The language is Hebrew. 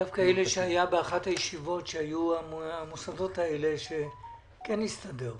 באחת הישיבות היו המוסדות האלה וזה כן הסתדר.